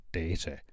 data